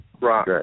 Right